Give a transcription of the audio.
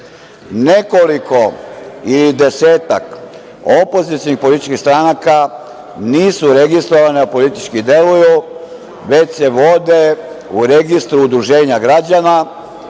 Nekoliko i desetak opozicionih političkih stranaka, nisu registrovana da politički deluju, već se vode u registru udruženja građana,